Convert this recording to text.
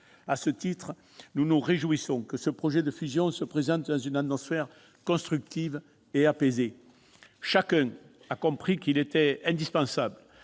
À ce titre, nous nous réjouissons que ce projet de fusion se présente dans une atmosphère constructive et apaisée. Chacun a compris qu'il était indispensable